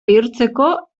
bihurtzeko